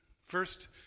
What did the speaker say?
First